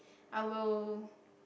I will